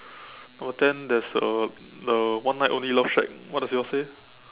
number ten there's a the one night only love shack what does yours say